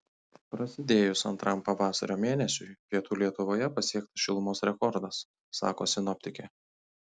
prasidėjus antram pavasario mėnesiui pietų lietuvoje pasiektas šilumos rekordas sako sinoptikė